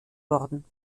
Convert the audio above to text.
worden